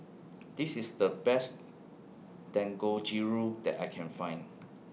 This IS The Best Dangojiru that I Can Find